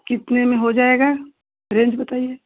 कितने में हो जाएगा रेंज बताइए